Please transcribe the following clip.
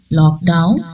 lockdown